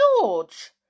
George